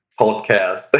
podcast